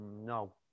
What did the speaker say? No